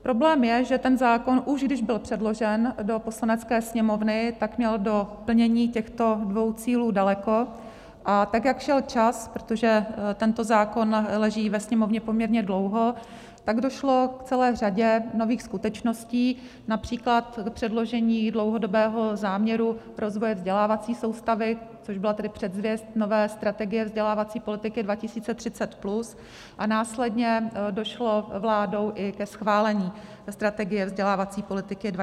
Problém je, že ten zákon, už když byl předložen do Poslanecké sněmovny, měl do plnění těchto dvou cílů daleko, a tak jak šel čas, protože tento zákon leží ve Sněmovně poměrně dlouho, tak došlo k celé řadě nových skutečností, například k předložení Dlouhodobého záměru rozvoje vzdělávací soustavy, což byla tedy předzvěst nové Strategie vzdělávací politiky 2030+, a následně došlo vládou i ke schválení Strategie vzdělávací politiky 2030+.